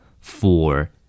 Four